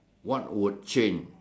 what would change